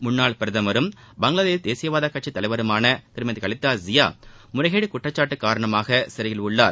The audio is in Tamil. முன்னாள் பிரதமரும் பங்களாதேஷ் தேசியவாதக் கட்சித் தலைவருமான திருமதி கலீதா ஜியா முறைகேடு குற்றச்சாட்டு காரணமாக சிறையில் உள்ளார்